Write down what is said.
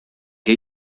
què